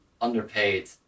underpaid